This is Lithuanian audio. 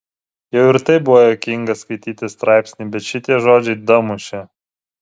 jau ir taip buvo juokinga skaityti straipsnį bet šitie žodžiai damušė